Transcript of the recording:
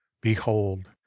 behold